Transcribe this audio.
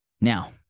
Now